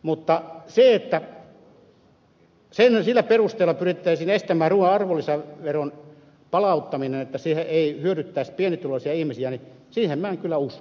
mutta siihen että sillä perusteella pyrittäisiin estämään ruuan arvonlisäveron palauttaminen että se ei hyödyttäisi pienituloisia ihmisiä minä en kyllä usko